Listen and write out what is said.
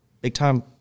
big-time